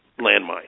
landmine